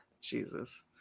Jesus